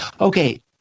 okay